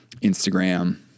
Instagram